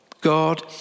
God